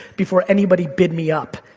before anybody bid me up.